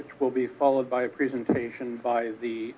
it will be followed by a presentation by the